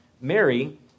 Mary